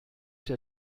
der